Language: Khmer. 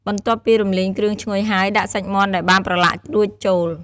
បន្ទាប់ពីរំលីងគ្រឿងឈ្ងុយហើយ ដាក់សាច់មាន់ដែលបានប្រឡាក់រួចចូល។